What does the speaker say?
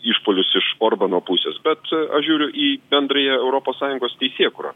išpuolius iš orbano pusės bet aš žiūriu į bendrąją europos sąjungos teisėkūrą